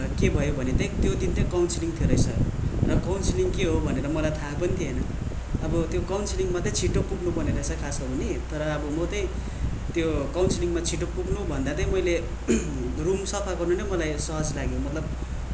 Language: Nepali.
के भयो भने चाहिँ त्यो दिन चाहिँ काउन्सिलिङ थियो रहेछ र काउन्सिलिङ के हो भनेर मलाई थाहा पनि थिएन अब त्यो काउन्सिलिङमा चाहिँ छिटो पुग्नुपर्ने रहेछ खास हो भने तर अब म चाहिँ त्यो काउन्सिलिङमा छिटो पुग्नुभन्दा चाहिँ मैले रुम सफा गर्नु नै मलाई सहज लाग्यो मतलब